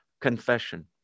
confession